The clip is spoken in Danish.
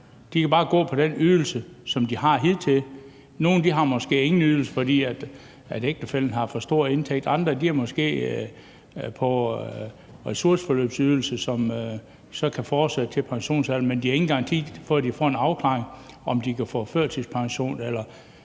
De kan bare gå på den ydelse, som de har haft hidtil. Nogle har måske ingen ydelse, fordi ægtefællen har for stor indtægt, og andre er måske på ressourceforløbsydelse, som så kan fortsætte til pensionsalderen, men de har ingen garanti for, at de får en afklaring på, om de kan få førtidspension eller